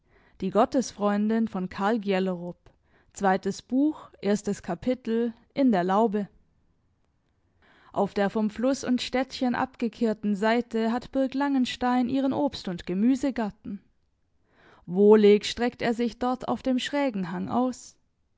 erstes kapitel auf der vom fluß und städtchen abgekehrten seite hat burg langenstein ihren obst und gemüsegarten wohlig streckt er sich dort auf dem schrägen hang aus